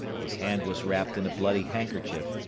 his hand was wrapped in a bloody handkerchief,